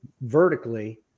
vertically